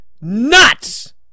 nuts